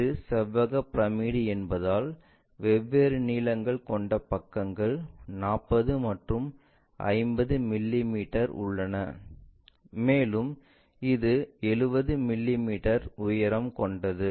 இது செவ்வக பிரமிடு என்பதால் வெவ்வேறு நீளங்கள் கொண்ட பக்கங்கள் 40 மற்றும் 50 மிமீ உள்ளன மேலும் இது 70 மிமீ உயரம் கொண்டது